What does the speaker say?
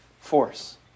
force